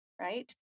right